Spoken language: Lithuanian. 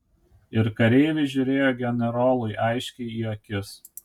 ir kareivis žiūrėjo generolui aiškiai į akis